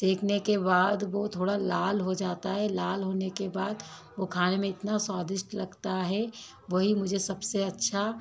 सेंकने के बाद वह थोड़ा लाल हो जाता है लाल होने के बाद वह खाने में इतना स्वादिष्ट लगता है वही मुझे सबसे अच्छा